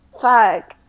fuck